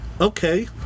okay